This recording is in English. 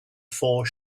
four